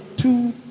two